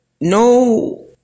No